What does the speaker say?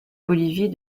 bolivie